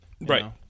Right